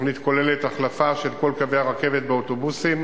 התוכנית כוללת החלפה של כל קווי הרכבת באוטובוסים